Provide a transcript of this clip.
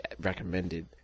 recommended